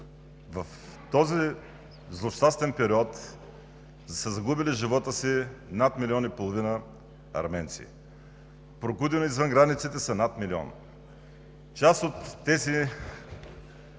В този злощастен период са загубили живота си над милион и половина арменци, прокудени извън границите са над милион. Част от тези